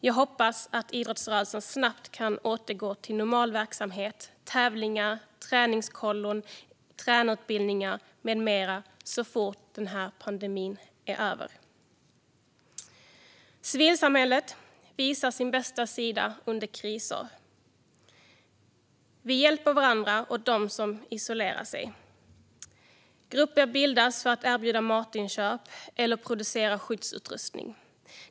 Jag hoppas att idrottsrörelsen snabbt kan återgå till normal verksamhet med tävlingar, träningskollon, tränarutbildningar med mera så fort pandemin är över. Civilsamhället visar sin bästa sida under kriser. Vi hjälper varandra och dem som isolerar sig. Grupper bildas för att erbjuda matinköp eller producera skyddsutrustning.